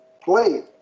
play